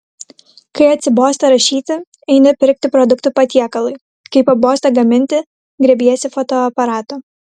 kai atsibosta rašyti eini pirkti produktų patiekalui kai pabosta gaminti griebiesi fotoaparato